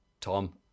Tom